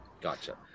Gotcha